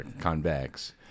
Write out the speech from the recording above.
convex